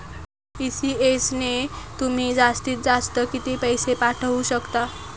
ECS ने तुम्ही जास्तीत जास्त किती पैसे पाठवू शकतात?